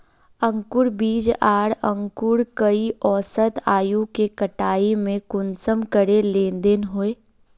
अंकूर बीज आर अंकूर कई औसत आयु के कटाई में कुंसम करे लेन देन होए?